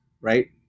right